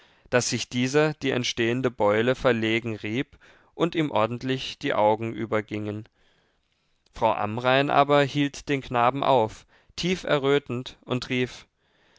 daß sich dieser die entstehende beule verlegen rieb und ihm ordentlich die augen übergingen frau amrain aber hielt den knaben auf tief errötend und rief